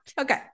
Okay